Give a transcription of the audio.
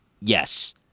Yes